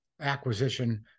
acquisition